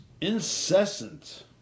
incessant